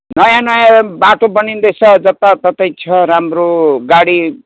नयाँ नयाँ बाटो बनिन्दैछ जताततै छ राम्रो गाडी